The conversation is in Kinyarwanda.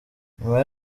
nyuma